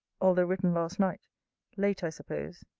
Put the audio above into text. although written last night late i suppose.